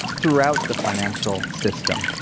throughout the financial system.